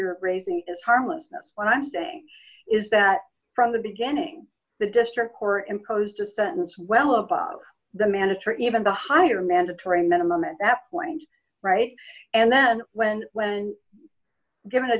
you're raising is harmlessness when i'm saying is that from the beginning the district or imposed a sentence well above the mandatory even the higher mandatory minimum is that point right and then when when given